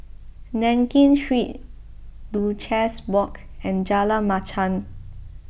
Nankin Street Duchess Walk and Jalan Machang